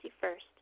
first